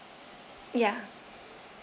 ya